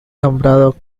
nombrado